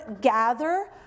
gather